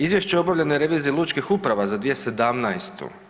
Izvješće o obavljenoj reviziji lučkih uprava za 2017.